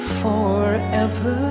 forever